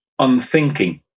unthinking